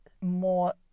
more